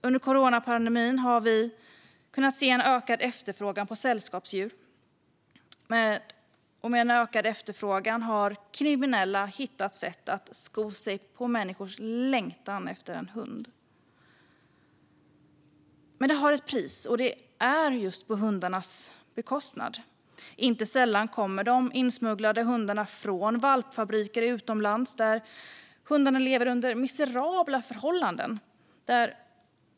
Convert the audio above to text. Under coronapandemin har vi kunnat se en ökad efterfrågan på sällskapsdjur. Med en ökad efterfrågan har kriminella hittat sätt att sko sig på människors längtan efter en hund. Men detta har ett pris; det sker på hundarnas bekostnad. Inte sällan kommer de insmugglade hundarna från valpfabriker utomlands, där hundarna lever under miserabla förhållanden.